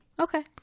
Okay